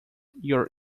your